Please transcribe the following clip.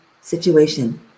situation